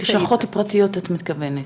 לשכות פרטיות את מתכוונת?